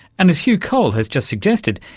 and as hugh cole has just suggested,